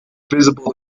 visible